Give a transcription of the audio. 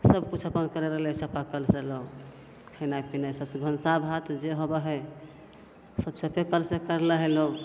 सबकिछु अपन करै लगलै चापाकलसे लोक खेनाइ पिनाइ सबसे भनसा भात जे होबै हइ सब चापेकलसे करि लै हइ लोक